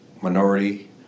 minority